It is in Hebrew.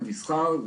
למסחר,